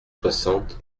soixante